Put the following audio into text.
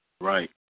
Right